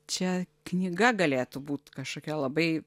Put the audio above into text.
čia knyga galėtų būt kažkokia labai